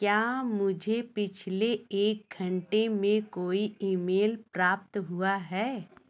क्या मुझे पिछले एक घंटे में कोई ईमेल प्राप्त हुआ है